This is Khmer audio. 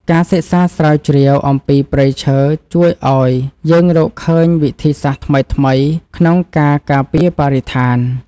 ការសិក្សាស្រាវជ្រាវអំពីព្រៃឈើជួយឱ្យយើងរកឃើញវិធីសាស្ត្រថ្មីៗក្នុងការការពារបរិស្ថាន។